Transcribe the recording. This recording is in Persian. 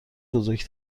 بزرگ